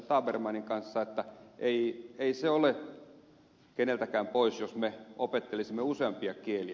tabermannin kanssa että ei se ole keneltäkään pois jos me opettelisimme useampia kieliä